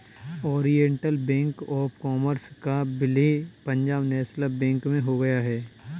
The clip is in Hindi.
ओरिएण्टल बैंक ऑफ़ कॉमर्स का विलय पंजाब नेशनल बैंक में हो गया है